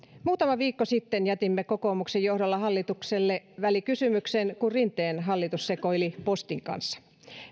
muutama viikko sitten jätimme kokoomuksen johdolla hallitukselle välikysymyksen kun rinteen hallitus sekoili postin kanssa